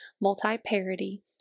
multi-parity